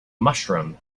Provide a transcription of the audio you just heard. mushroom